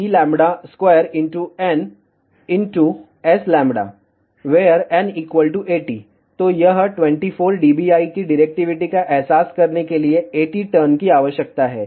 तो Directivity12C2nS → n 80 तो यह 24 dBi की डिरेक्टिविटी का एहसास करने के लिए 80 टर्न की आवश्यकता है